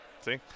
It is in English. See